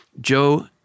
Joe